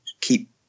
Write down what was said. keep